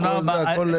אולי